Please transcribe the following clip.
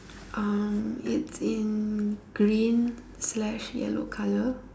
um it's in green slash yellow colour